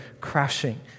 crashing